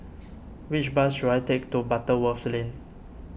which bus should I take to Butterworth Lane